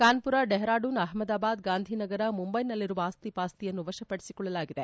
ಕಾನ್ಪುರ ಡೆಹರಾಡೂನ್ ಅಹಮದಾಬಾದ್ ಗಾಂಧಿನಗರ ಮುಂಬೈನಲ್ಲಿರುವ ಆಸ್ತಿಪಾಸ್ತಿಯನ್ನು ವಶಪಡಿಸಿಕೊಳ್ಳಲಾಗಿದೆ